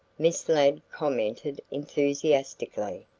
miss ladd commented enthusiastically.